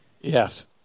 Yes